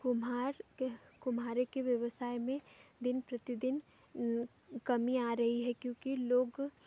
कुम्हार के कुम्हारी के व्यवसाय में दिन प्रतिदिन कमी आ रही है क्योंकि लोग